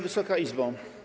Wysoka Izbo!